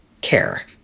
care